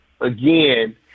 again